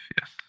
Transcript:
yes